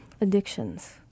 addictions